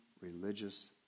religious